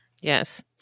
Yes